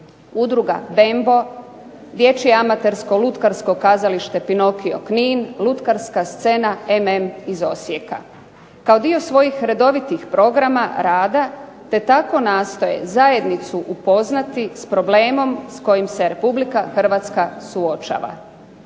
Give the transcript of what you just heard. Udruga Bembo, Dječje amatersko lutkarsko kazalište "Pinokio" Knin, lutkarska scena MM iz Osijeka, kao dio svojih redovitih programa rada te tako nastoje zajednicu upoznati s problemom s kojim se Republika Hrvatska suočava.